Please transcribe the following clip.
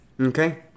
Okay